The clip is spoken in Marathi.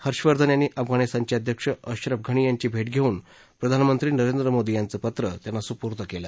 हर्षवर्धन यांनी अफगाणिस्तानचे अध्यक्ष अश्रफ घनी यांची भेट घेऊन प्रधानमंत्री नरेंद्र मोदी यांचं पत्र त्यांना सूपूर्द केलं